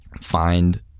find